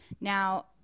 Now